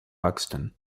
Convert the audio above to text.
buxton